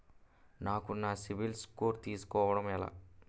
నాకు నా CIBIL score తెలుసుకోవడం ఎలా?